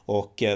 och